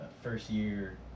first-year